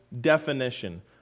definition